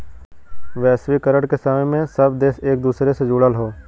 वैश्वीकरण के समय में सब देश एक दूसरे से जुड़ल हौ